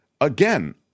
again